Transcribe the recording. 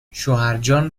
شوهرجان